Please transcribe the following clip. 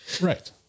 Right